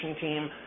team